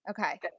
Okay